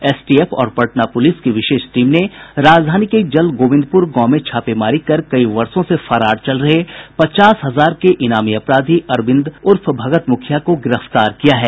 STF और Patna police की विशेष टीम ने राजधानी के जलगोविंदपुर गांव में छापेमारी कर कई वर्षो से फरार चल रहे पचास हजार के ईनामी अपराधी अरविंद उर्फ भगत मुखिया को गिरफ्तार किया है